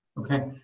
Okay